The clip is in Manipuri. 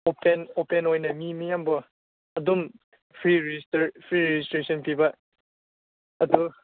ꯑꯣꯄꯦꯟ ꯑꯣꯄꯦꯟ ꯑꯣꯏꯅ ꯃꯤ ꯃꯤꯌꯥꯝꯕꯨ ꯑꯗꯨꯝ ꯐ꯭ꯔꯤ ꯐ꯭ꯔꯤ ꯔꯦꯖꯤꯁꯇ꯭ꯔꯦꯁꯟ ꯄꯤꯕ ꯑꯗꯨ